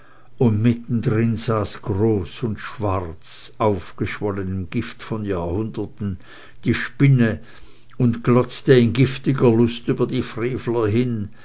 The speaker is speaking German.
und mittendrin saß groß und schwarz aufgeschwollen im gifte von jahrhunderten die spinne und glotzte in giftiger lust über die frevler hin